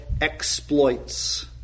exploits